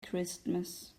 christmas